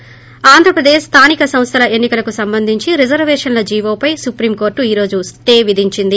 ి ఆంధ్రప్రదేశ్ స్థానిక సంస్థల ఎన్ని కలకు సంబంధించి రిజర్వేషన్ల జీవోపై సుప్రీం కోర్టు ఈ రోజు స్టే విధించింది